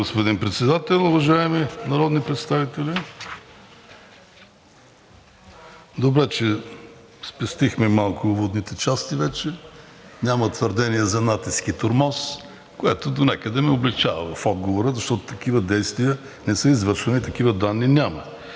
господин Председател. Уважаеми народни представители! Добре, че спестихме малко уводните части вече. Няма твърдения за натиск и тормоз, което донякъде ме облекчава в отговора, защото такива действия не са извършвани, такива данни няма.